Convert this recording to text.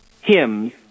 hymns